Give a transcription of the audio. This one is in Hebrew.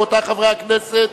חברי חברי הכנסת,